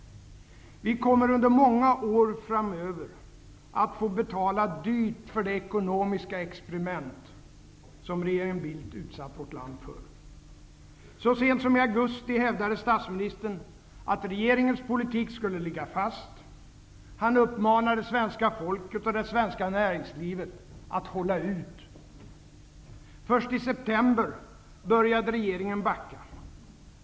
Vi kommer under många år framöver att få betala dyrt för det ekonomiska experiment som regeringen Bildt utsatt vårt land för. Så sent som i augusti hävdade statsministern att regeringens politik skulle ligga fast. Han uppmanade svenska folket och det svenska näringslivet att hålla ut. Först i september började regeringen backa.